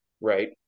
right